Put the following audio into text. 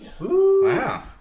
Wow